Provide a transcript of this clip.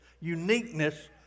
uniqueness